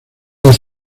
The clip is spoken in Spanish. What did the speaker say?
las